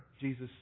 Jesus